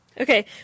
Okay